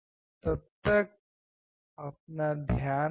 तब तक आप ध्यान रखिए